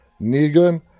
Negan